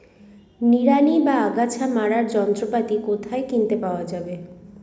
নিড়ানি বা আগাছা মারার যন্ত্রপাতি কোথায় কিনতে পাওয়া যাবে?